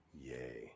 Yay